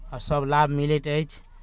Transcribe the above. आओर सभ लाभ मिलैत अछि